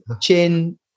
chin